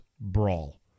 brawl